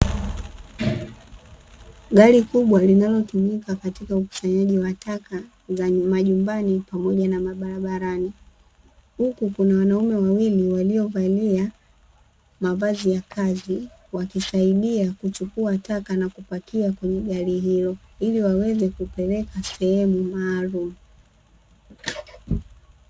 Gari kubwa linalotumika katika ukusanyaji wa taka za majumbani pamoja na mabarabarani, huku kuna wanaume wawili waliovalia mavazi ya kazi wakisaidia kuchukua taka na kupakia kwenye gari hilo ili waweze kupeleka sehemu maalum.